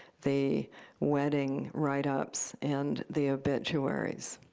the wedding write-ups and the obituaries